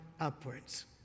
upwards